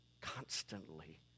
constantly